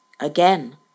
Again